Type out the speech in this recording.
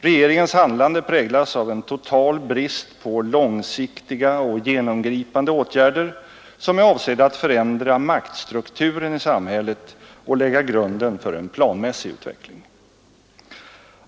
Regeringens handlande präglas av en total brist på långsiktiga och genomgripande åtgärder avsedda att förändra maktstrukturen i samhället och lägga grunden för en planmässig utveckling.